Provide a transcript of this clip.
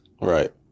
Right